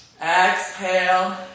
Exhale